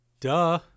duh